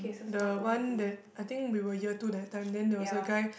the one that I think we were year two that time then there was a guy